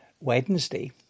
Wednesday